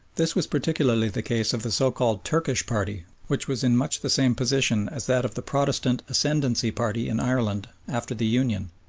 this was particularly the case of the so-called turkish party, which was in much the same position as that of the protestant ascendancy party in ireland after the union.